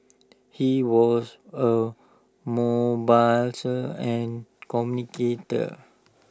he was A mobiliser and communicator